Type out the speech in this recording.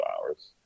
hours